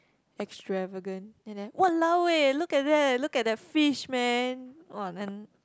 extravagant and then !walao! eh look at that look at that fish man